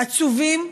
עצובים,